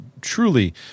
truly